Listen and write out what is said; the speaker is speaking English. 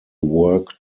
work